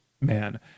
man